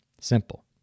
Simple